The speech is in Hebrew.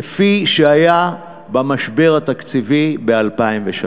כפי שהיה במשבר התקציבי ב-2003.